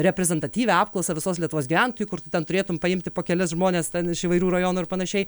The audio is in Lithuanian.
reprezentatyvią apklausą visos lietuvos gyventojų kur tu ten turėtum paimti po kelis žmones ten iš įvairių rajonų ir panašiai